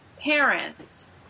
parents